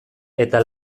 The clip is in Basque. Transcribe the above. eta